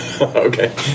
Okay